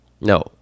No